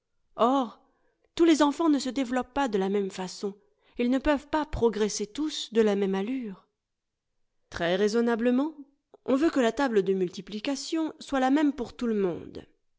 or tous les enfants ne se développent pas de la même façon ils ne peuvent pas progresser tous de la même allure très raisonnablement on veut que la table de multiplication soit la même pour tout le monde